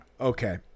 Okay